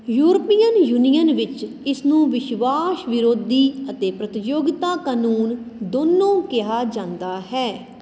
European Union ਵਿੱਚ ਇਸ ਨੂੰ ਵਿਸ਼ਵਾਸ਼ ਵਿਰੋਧੀ ਅਤੇ ਪ੍ਰਤੀਯੋਗਤਾ ਕਾਨੂੰਨ ਦੋਨੋਂ ਕਿਹਾ ਜਾਂਦਾ ਹੈ